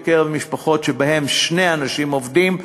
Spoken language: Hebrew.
בקרב משפחות שבהן שני אנשים עובדים,